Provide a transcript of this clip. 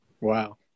Wow